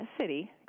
city